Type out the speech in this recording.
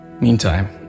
Meantime